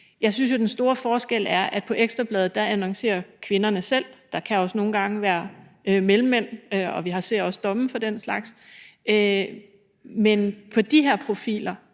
Jeg synes jo, den store forskel er, at i Ekstra Bladet annoncerer kvinderne selv – der kan også nogle gange være mellemmænd, og vi ser også domme for den slags – men på det her område er